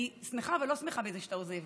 אני שמחה ולא שמחה מזה שאתה עוזב.